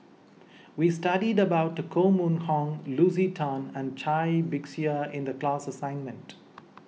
we studied about Koh Mun Hong Lucy Tan and Cai Bixia in the class assignment